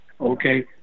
okay